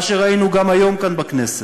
מה שראינו, גם היום כאן בכנסת,